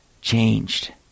changed